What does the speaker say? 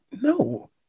no